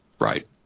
Right